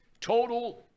Total